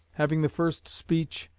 having the first speech,